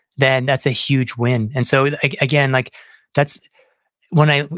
then that's a huge win. and so like again, like that's when i,